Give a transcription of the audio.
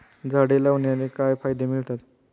झाडे लावण्याने काय फायदे मिळतात?